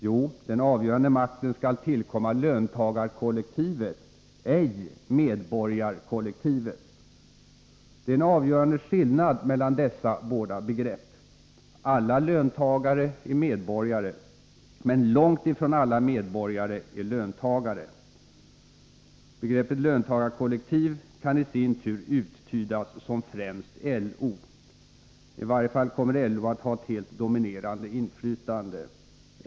Jo, den avgörande makten skall tillkomma löntagarkollektivet, ej medborgarkollektivet. Det är en avgörande skillnad mellan dessa båda begrepp. Alla löntagare är medborgare. Men långt ifrån alla medborgare är löntagare. Begreppet löntagarkollektiv kan i sin tur uttydas som främst LO. I varje fall kommer LO att ha ett helt dominerande inflytande.